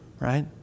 Right